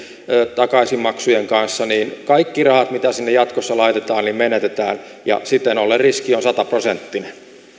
takaisinmaksujen kanssa niin kaikki rahat mitä sinne jatkossa laitetaan menetetään ja siten ollen riski on sataprosenttinen